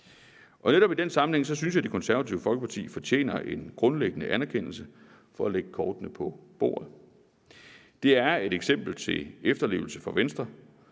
Netop i den sammenhæng synes jeg at Det Konservative Folkeparti fortjener en grundlæggende anerkendelse for at lægge kortene på bordet. Det er et eksempel til efterlevelse for Venstre,